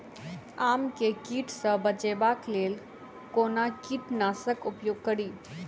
आम केँ कीट सऽ बचेबाक लेल कोना कीट नाशक उपयोग करि?